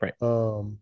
right